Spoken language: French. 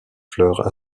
fleurs